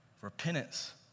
Repentance